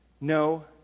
no